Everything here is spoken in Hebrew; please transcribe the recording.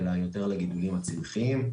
אלא יותר לגידולים הצמחיים,